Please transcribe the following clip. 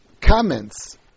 comments